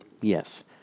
Yes